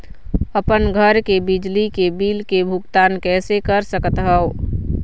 अपन घर के बिजली के बिल के भुगतान कैसे कर सकत हव?